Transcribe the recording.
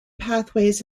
pathways